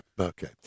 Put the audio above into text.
okay